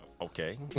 Okay